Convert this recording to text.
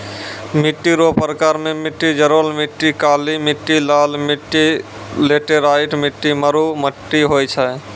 मिट्टी रो प्रकार मे मट्टी जड़ोल मट्टी, काली मट्टी, लाल मट्टी, लैटराईट मट्टी, मरु मट्टी होय छै